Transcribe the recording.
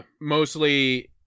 mostly